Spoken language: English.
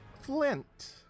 flint